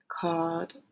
called